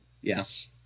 Yes